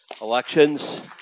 elections